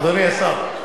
אדוני השר.